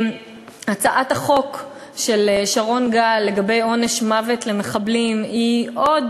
הצעת החוק של שרון גל לגבי עונש מוות למחבלים היא עוד